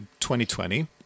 2020